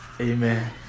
Amen